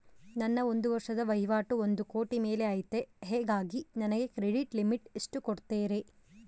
ನನ್ನ ಒಂದು ವರ್ಷದ ವಹಿವಾಟು ಒಂದು ಕೋಟಿ ಮೇಲೆ ಐತೆ ಹೇಗಾಗಿ ನನಗೆ ಕ್ರೆಡಿಟ್ ಲಿಮಿಟ್ ಎಷ್ಟು ಕೊಡ್ತೇರಿ?